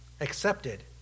accepted